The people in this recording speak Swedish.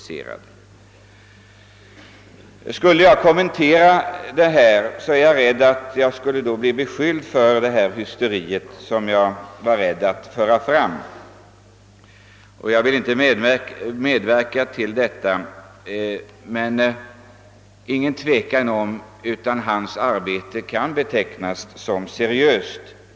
Om jag skulle kommentera detta material fruktar jag att jag själv skulle bli beskylld för att ge uttryck åt ett sådant hysteri, som jag tidigare nämnde och som jag inte vill medverka till att skapa. Det är dock inget tvivel om att laborator Odéns arbete kan betecknas som seriöst.